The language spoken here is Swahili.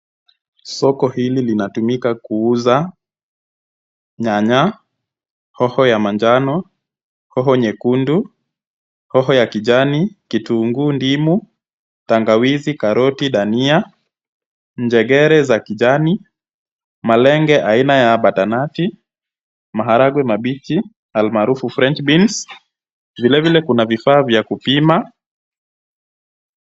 Soko hili linatumika kuuza nyanya, hoho ya manjano, hoho nyekundu, hoho ya kijani, kitukuu, ndimu, tangawizi, karoti, dania, njegere za kijani, malenge aina ya batanati, maharagwe mabichi almarufu french beans , vile vile kuna vifaa vya kupima